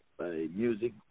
music